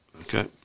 Okay